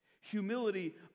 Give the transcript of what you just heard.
Humility